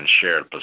shared